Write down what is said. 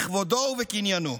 בכבודו ובקניינו".